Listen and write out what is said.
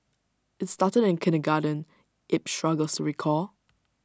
IT started in kindergarten Yip struggles to recall